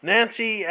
Nancy